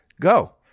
Go